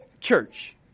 church